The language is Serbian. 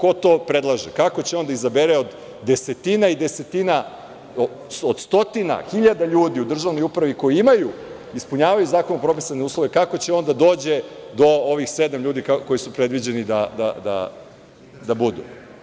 Ko to predlaže, kako će on da izabere od desetina i desetina, od stotina hiljada ljudi u državnoj upravi, koji ispunjavaju zakonom propisane uslove, kako će on da dođe do ovih sedam ljudi koji su predviđeni da budu?